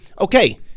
okay